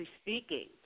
speaking